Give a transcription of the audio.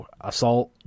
assault